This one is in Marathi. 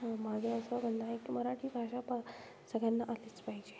माझं असं म्हणणं आहे की मराठी भाषा प सगळ्यांना आलीच पाहिजे